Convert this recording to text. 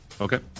okay